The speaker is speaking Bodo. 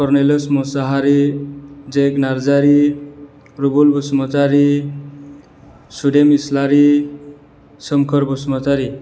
करनलियास मसाहारि जेक नारजारि रुबुल बसुमतारि सुदेम इस्लारि सोमखोर बसुमतारि